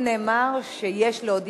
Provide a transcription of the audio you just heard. למיטב ידיעתי זה לא כתוב בתקנון.